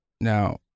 Now